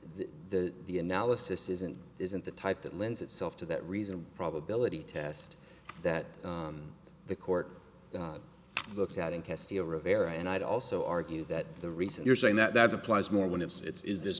the the analysis isn't isn't the type that lends itself to that reason a probability test that the court looked at in castillo rivera and i'd also argue that the reason you're saying that applies more when it's i